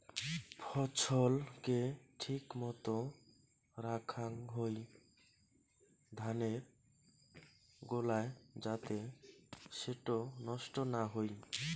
ফছল কে ঠিক মতো রাখাং হই ধানের গোলায় যাতে সেটো নষ্ট না হই